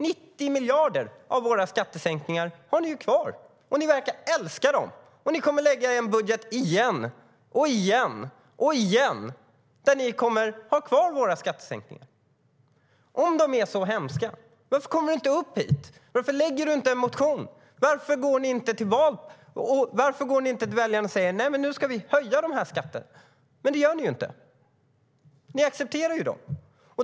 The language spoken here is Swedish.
90 miljarder av våra skattesänkningar har ni kvar, och ni verkar älska dem. Ni kommer att lägga fram en budget igen, igen och igen där ni kommer att ha kvar våra skattesänkningar. Om de är så hemska - varför kommer du då inte upp hit? Varför väcker du inte en motion? Varför går ni inte till väljarna och säger att ni ska höja de här skatterna? Det gör ni inte, utan ni accepterar dem.